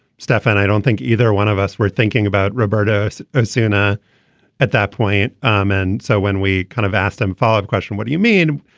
stefan i don't think either one of us were thinking about roberto osuna at that point. um and so when we kind of asked him follow up question what do you mean.